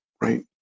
right